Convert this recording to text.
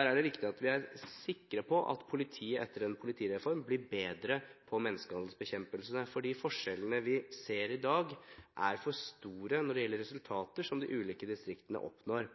er det viktig at vi er sikre på at politiet etter en politireform blir bedre på bekjempelse av menneskehandel, fordi forskjellene vi ser i dag, er for store når det gjelder resultater som de ulike distriktene oppnår.